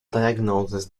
diagnoses